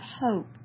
hope